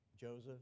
Joseph